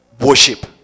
worship